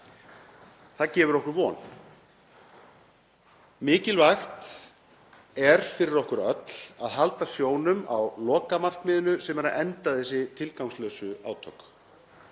Það gefur okkur von. Mikilvægt er fyrir okkur öll að hafa augun á lokamarkmiðinu sem er að enda þessi tilgangslausu átök.